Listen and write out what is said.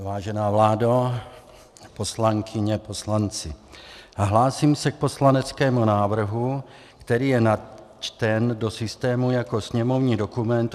Vážená vládo, poslankyně, poslanci, hlásím se k poslaneckému návrhu, který je načten do systému jako sněmovní dokument 1889.